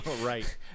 Right